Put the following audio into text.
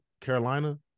Carolina